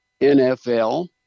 NFL